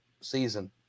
season